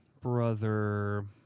brother